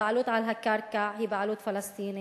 הבעלות על הקרקע היא בעלות פלסטינית.